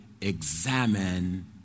examine